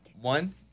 One